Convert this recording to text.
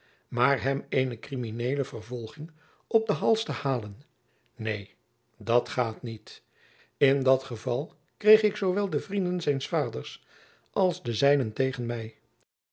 maar hem eene krimineele vervolging op den hals te halen neen dat gaat niet in dat geval kreeg ik zoowel de vrienden zijns vaders als de zijnen tegen my